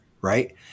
right